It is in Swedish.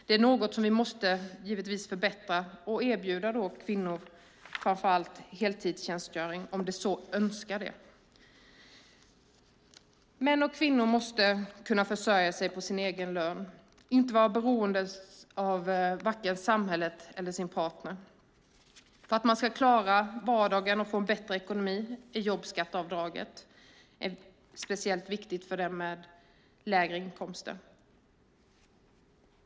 Det är något som vi givetvis måste förbättra och erbjuda kvinnor framför allt heltidstjänstgöring om de så önskar. Män och kvinnor måste kunna försörja sig på sin egen lön, inte vara beroende av vare sig samhället eller sin partner. För att man ska klara vardagen och få bättre ekonomi är jobbskatteavdraget speciellt viktigt för dem med lägre inkomster.